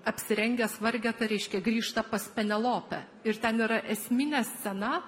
apsirengęs vargeta reiškia grįžta pas penelopę ir ten yra esminė scena